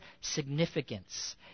significance